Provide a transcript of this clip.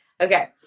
Okay